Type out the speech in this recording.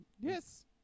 Yes